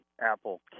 Apple